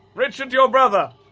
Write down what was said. richard, your brother!